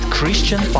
Christian